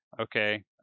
okay